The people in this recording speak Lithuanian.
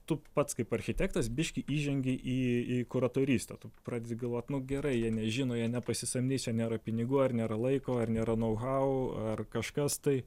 tu pats kaip architektas biškį įžengi į į kuratorystę tu pradedi galvot nu gerai jie nežino jie nepasisamdys čia nėra pinigų ar nėra laiko ar nėra nau hau ar kažkas tai